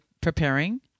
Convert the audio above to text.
preparing